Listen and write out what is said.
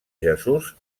jesús